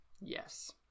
yes